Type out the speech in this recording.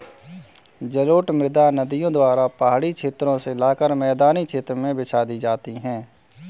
जलोढ़ मृदा नदियों द्वारा पहाड़ी क्षेत्रो से लाकर मैदानी क्षेत्र में बिछा दी गयी है